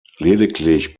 lediglich